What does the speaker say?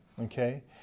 okay